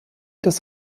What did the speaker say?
das